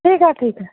ठीक है ठीक है